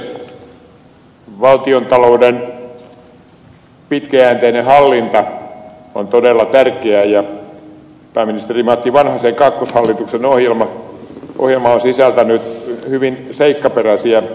valtiontalouden pitkäjänteinen hallinta on todella tärkeää ja pääministeri matti vanhasen kakkoshallituksen ohjelma on sisältänyt hyvin seikkaperäisiä kannanottoja